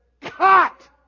cut